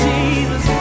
Jesus